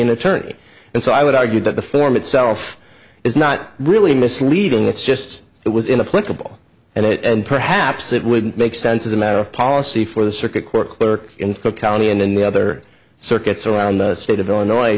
an attorney and so i would argue that the form itself is not really misleading it's just it was in a flexible and it and perhaps it wouldn't make sense as a matter of policy for the circuit court clerk in cook county and in the other circuits around the state of illinois